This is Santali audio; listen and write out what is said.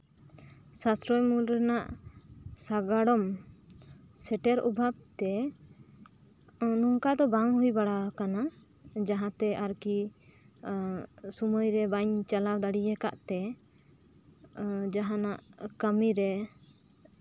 ᱥᱟᱥᱨᱚᱭ ᱢᱩᱞᱞᱚ ᱨᱮᱭᱟᱜ ᱥᱟᱜᱟᱲᱚᱢ ᱥᱮᱴᱮᱨ ᱚᱵᱷᱟᱵ ᱛᱮ ᱚᱱᱠᱟ ᱫᱚ ᱵᱟᱝ ᱦᱩᱭ ᱵᱟᱲᱟᱣᱟᱠᱟᱱᱟ ᱡᱟᱦᱟᱸᱛᱮ ᱟᱨᱠᱤ ᱥᱚᱢᱚᱭ ᱨᱮ ᱵᱟᱧ ᱪᱟᱞᱟᱣ ᱫᱟᱲᱮᱣᱟᱠᱟᱫ ᱛᱮ ᱡᱟᱦᱟᱸᱱᱟᱜ ᱠᱟᱢᱤ ᱨᱮ